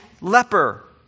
leper